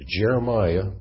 Jeremiah